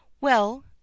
Well